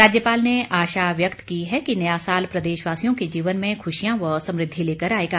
राज्यपाल ने आशा व्यक्त की है कि नया साल प्रदेशवासियों के जीवन में ख्रशियां व समुद्धि लेकर आएगा